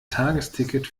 tagesticket